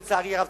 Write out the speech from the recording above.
לצערי הרב,